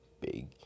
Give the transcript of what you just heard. big